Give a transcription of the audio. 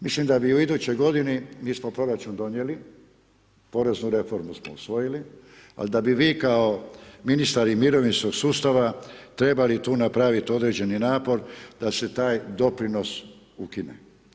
Mislim da bi u idućoj g. mi smo proračun donijeli, poreznu reformu smo usvojili, ali da bi vi kao ministar i mirovinskog sustava trebali tu napraviti određeni napor da se taj doprinos ukine.